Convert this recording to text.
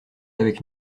avec